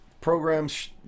programs